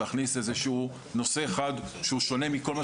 להכניס איזה שהוא נושא אחד שהוא שונה מכל מה